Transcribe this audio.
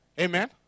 Amen